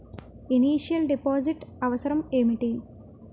Initial deposit అవసరం ఏమిటి?